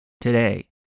Today